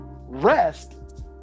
rest